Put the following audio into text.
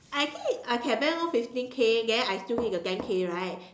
I think I can bank loan fifteen K then I still need the ten K right